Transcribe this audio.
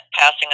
passing